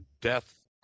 death